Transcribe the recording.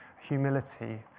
humility